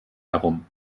herum